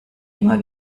immer